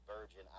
Virgin